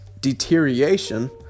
deterioration